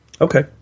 Okay